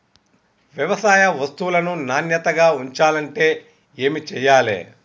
వ్యవసాయ వస్తువులను నాణ్యతగా ఉంచాలంటే ఏమి చెయ్యాలే?